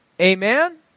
Amen